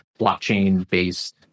blockchain-based